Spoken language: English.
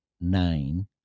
nine